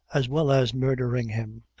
as well as murdering him,